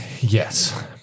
Yes